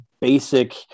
basic